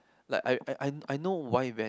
like I I I know why ran